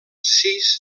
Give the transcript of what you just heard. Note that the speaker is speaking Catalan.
sis